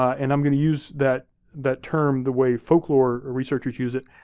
and i'm gonna use that that term the way folklore researchers use it,